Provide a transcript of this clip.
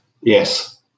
yes